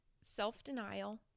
self-denial